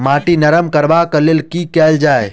माटि नरम करबाक लेल की केल जाय?